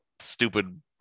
stupid